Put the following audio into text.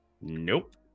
Nope